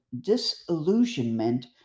disillusionment